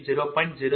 011 j0